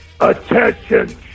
Attention